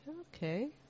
okay